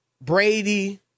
Brady